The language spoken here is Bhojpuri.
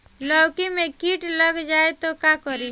लौकी मे किट लग जाए तो का करी?